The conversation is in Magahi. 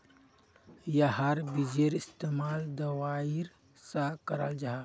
याहार बिजेर इस्तेमाल दवाईर सा कराल जाहा